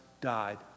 died